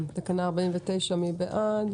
תקנה 49, מי בעד?